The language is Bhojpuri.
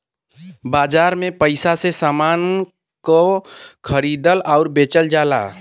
बाजार में पइसा से समान को खरीदल आउर बेचल जाला